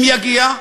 אם יגיע,